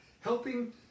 helping